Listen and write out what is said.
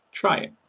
try it.